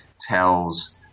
tells